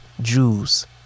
Jews